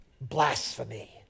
blasphemy